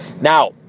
Now